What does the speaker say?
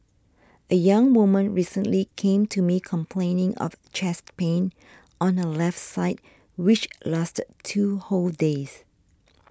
a young woman recently came to me complaining of chest pain on her left side which lasted two whole days